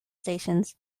stations